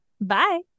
bye